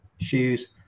shoes